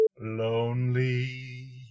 lonely